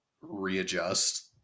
readjust